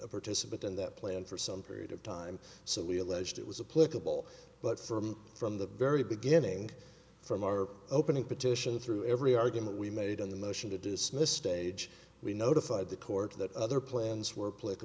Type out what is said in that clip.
a participant in that plan for some period of time so we alleged it was a political but firm from the very beginning from our opening petition through every argument we made on the motion to dismiss stage we notified the court that other plans were p